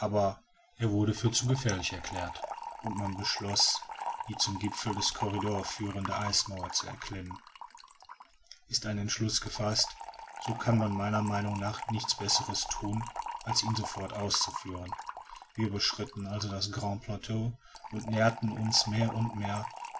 er wurde für zu gefährlich erklärt und man beschloß die zum gipfel des corridor führende eismauer zu erklimmen ist ein entschluß gefaßt so kann man meiner meinung nach nichts besseres thun als ihn sofort ausführen wir überschritten also das grand plateau und näherten uns mehr und mehr